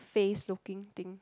face looking thing